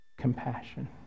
compassion